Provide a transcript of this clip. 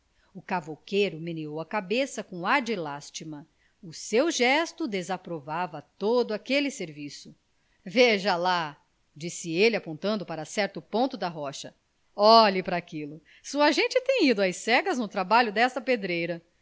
o cavouqueiro meneou a cabeça com ar de lástima o seu gesto desaprovava todo aquele serviço veja lá disse ele apontando para certo ponto da rocha olhe para aquilo sua gente tem ido às cegas no trabalho desta pedreira